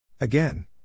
Again